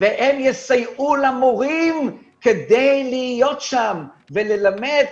והם יסייעו למורים כדי להיות שם וללמד,